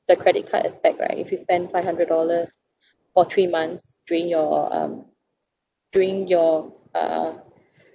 the credit card aspect right if you spend five hundred dollars for three months during your um during your uh